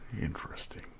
Interesting